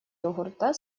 йогурта